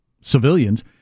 civilians